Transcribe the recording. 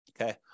Okay